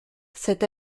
cet